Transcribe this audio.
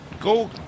go